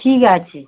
ঠিক আছে